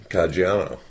Caggiano